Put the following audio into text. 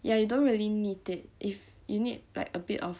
ya you don't really need it if you need like a bit of